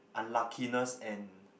unluckiness and